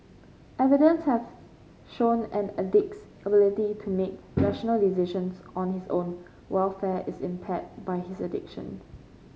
evidence have shown an addict's ability to make rational decisions on his own welfare is impaired by his addiction